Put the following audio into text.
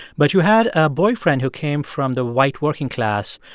but you had a boyfriend who came from the white working class,